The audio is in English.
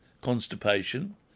constipation